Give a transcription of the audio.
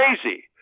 crazy